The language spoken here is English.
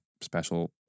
special